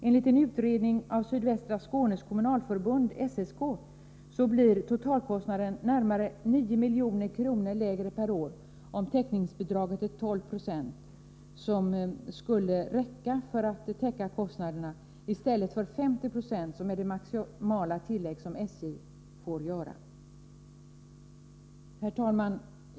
Enligt en utredning av Sydvästra Skånes kommunalförbund, SSK, blir totalkostnaden närmare 9 milj.kr. lägre per år om täckningsbidraget är 12 926, som skulle räcka för att täcka kostnaderna, i stället för 50 26, som är det maximala tillägg SJ får göra. Herr talman!